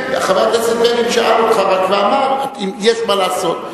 חבר הכנסת בגין רק שאל אותך ואמר אם יש מה לעשות.